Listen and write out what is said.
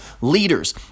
leaders